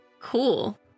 Cool